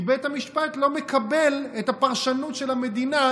כי בית המשפט לא מקבל את הפרשנות של המדינה